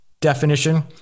definition